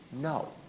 No